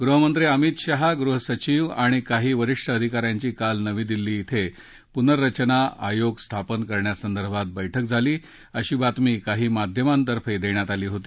गृहमंत्री अमित शहा गृहसचिव आणि काही वरीष्ठ अधिका यांची काल नवी दिल्ली ध्वं पुनर्रचना आयोग स्थापन करण्यासंदर्भात बैठक झाली अशी बातमी काही माध्यमांतर्फे देण्यात आली होती